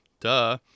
duh